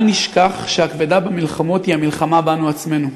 אל נשכח שהכבדה במלחמות היא המלחמה בנו עצמנו: